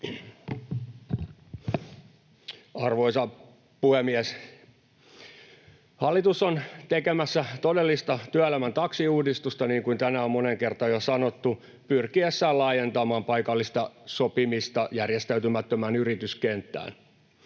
Arvoisa puhemies! Hallitus on tekemässä todellista työelämän taksiuudistusta, niin kuin tänään on moneen kertaan jo sanottu, pyrkiessään laajentamaan paikallista sopimista järjestäytymättömään yrityskenttään.